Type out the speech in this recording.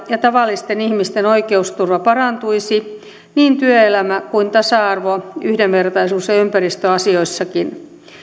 ja tavallisten ihmisten oikeusturva parantuisi niin työelämä kuin tasa arvo yhdenvertaisuus ja ympäristöasioissakin